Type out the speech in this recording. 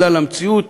בגלל המציאות